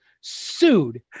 sued